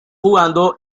jugando